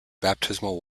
baptismal